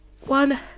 One